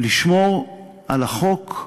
לשמור על החוק.